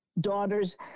daughters